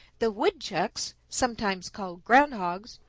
the woodchucks, sometimes called ground hogs,